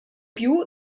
più